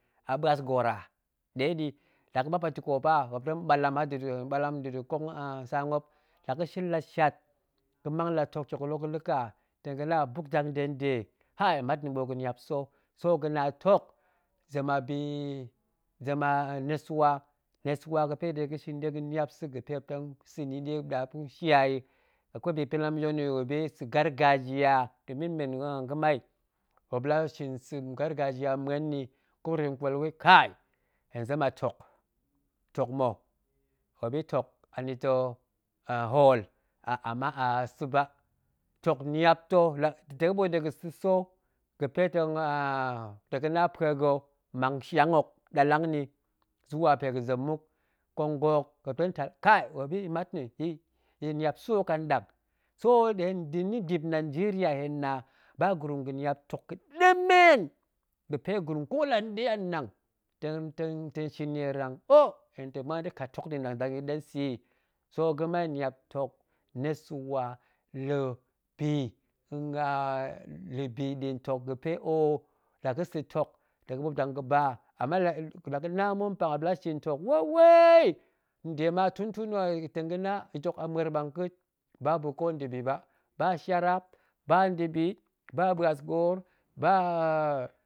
A ɓuas goor a, ndeɗi, la ga̱ɓap a tukoop a muop tong ɓallam har da̱ da̱ ɓallam da̱da̱ nkong tsa muop, la ga̱shin la shat, la ga̱ mang latok tyoklok ga̱la̱ ka, ta̱ ga̱na muop buk dang de nde hai mat nna̱ ɓoot ga̱niap sa̱, so ga̱na tok zem a bi, zem a nesuwa, nesuwa ga̱pe ta̱ ga̱shin ɗega̱ niap sa̱ ga̱pe muop ta̱ sa̱ ni ɗe ɗa buk shai yi, akwei bi ga̱pe ma̱nɗe la ma̱yong niyi muop yin sa̱ gargaja, ga̱bi men ga̱mai, muop la shin sa̱ gargaja muen nni, ko wuro ta̱ kwal wei kai hen zem a tok, tok mma̱, muop yi tok anita̱ hool, ama a sa̱ ba, tok niap ta̱, tong ɓoot dega̱ sa̱sa̱ ga̱pe tong ga̱na pue ga̱ ma̱ng shiang hok ɗallang nni zuwa pe ga̱zem muk, nkong ga̱ hok, muop tong tak, kai muop yi mat nna, ya̱ niap sa̱ hok anɗang, so hen ni dip niangeriya, henna ba gurum ga̱niap tok ga̱ɗemen ga̱pe gurum kola nɗe annang tong tong shin nierang, oh hen ta̱ muan da̱ kat tok nna̱ a nnang dang yit ɗe sa̱ yi, so ga̱mai niap tok nesuwa, la̱ bi la̱bi nɗa̱a̱n tok oh la ga̱sa̱ tok ta̱ ga̱ɓop dang ga̱ba, ama laga̱ na ma̱n mpang muop la shin tok wai wai, nde ma tun tun ta̱ ga̱na yit hok a muer ḇang ƙaat ba bu ko nda̱bi ba, ba shiarap, ba nda̱bi, ba ɓuas goor, ba